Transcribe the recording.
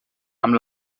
amb